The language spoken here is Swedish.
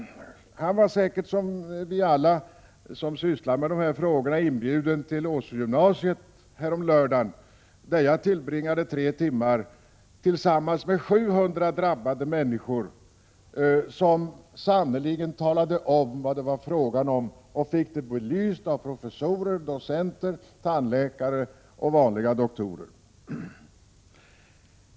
Han var säkert, liksom vi alla som sysslar med de här frågorna, inbjuden till Åsö gymnasium här om lördagen. Där tillbringade jag tre timmar tillsammans med 700 drabbade människor, som sannerligen talade om vad det var frågan om och fick det hela belyst av professorer, docenter, tandläkare och vanliga doktorer.